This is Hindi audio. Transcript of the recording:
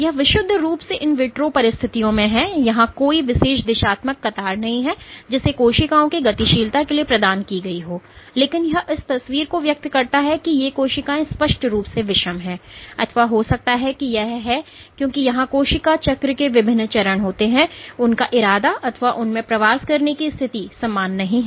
यह विशुद्ध रूप से इन विट्रो परिस्थितियों में है यहां कोई विशेष दिशात्मक कतार नहीं है जिसे कोशिकाओं के गतिशीलता के लिए प्रदान की गई होलेकिन यह इस तस्वीर को व्यक्त करता है कि ये कोशिकाएँ स्पष्ट रूप से विषम हैं अथवा हो सकता है कि यह है क्योंकि यहां कोशिका चक्र के विभिन्न चरण होते हैं उनका इरादा अथवा उसमें प्रवास करने की स्थिति समान नहीं है